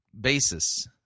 basis